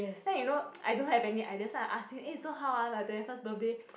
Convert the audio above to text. then you know I don't have any ideas so I ask him eh so how ah my twenty first birthday